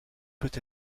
peut